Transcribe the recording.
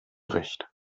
recht